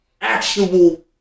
actual